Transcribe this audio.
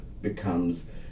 becomes